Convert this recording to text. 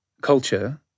culture